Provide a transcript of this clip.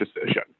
decision